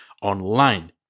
online